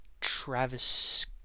Travis